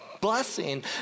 blessing